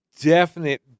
definite